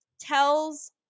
tells